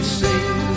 sing